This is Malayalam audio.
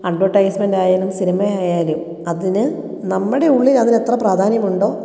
അഡ്വെർടൈസ്മെൻ്റ് ആയാലും സിനിമയായാലും അതിനു നമ്മുടെ ഉള്ളിൽ അതിനു എത്ര പ്രാധാന്യമുണ്ടോ